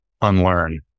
unlearn